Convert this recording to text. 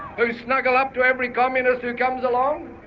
who snuggle up to every communist who comes along,